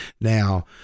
Now